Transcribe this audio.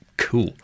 cool